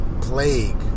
plague